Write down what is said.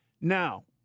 Now